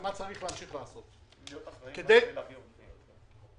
אפשר בבקשה לא להתייחס לקריאות ביניים,